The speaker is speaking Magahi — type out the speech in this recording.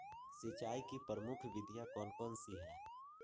सिंचाई की प्रमुख विधियां कौन कौन सी है?